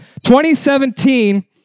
2017